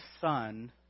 son